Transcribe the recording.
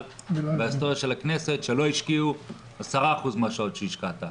בהיסטוריה של הכנסת שלא השקיעו 10% מהשקעות שהשקעת,